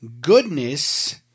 goodness